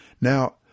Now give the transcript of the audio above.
Now